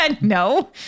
No